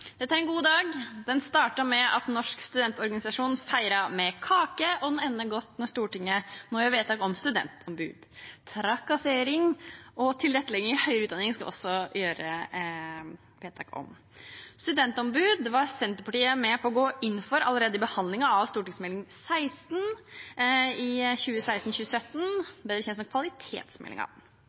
Dette er en god dag. Den startet med at Norsk studentorganisasjon feiret med kake, og den ender godt når Stortinget nå gjør vedtak om studentombud. Trakassering og tilrettelegging i høyere utdanning skal vi også gjøre vedtak om. Studentombud var Senterpartiet med på å gå inn for allerede i behandlingen av Meld. St. 16 for 2016–2017, bedre kjent som